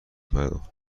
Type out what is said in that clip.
پرداخت